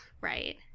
Right